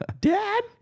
Dad